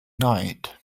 night